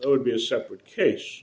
it would be a separate ca